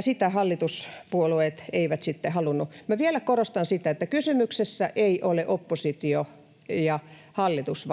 sitä hallituspuolueet eivät sitten halunneet. Minä vielä korostan sitä, että kysymyksessä ei ole oppositio vastaan hallitus-